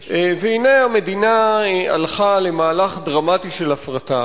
והנה, המדינה הלכה למהלך דרמטי של הפרטה.